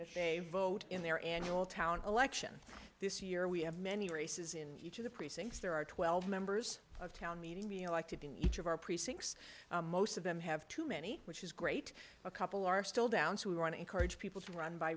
they vote in their annual town election this year we have many races in each of the precincts there are twelve members of town meeting being elected in each of our precincts most of them have too many which is great a couple are still down who want to encourage people to run by